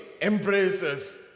embraces